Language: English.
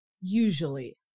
Usually